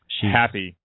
happy